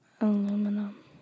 Aluminum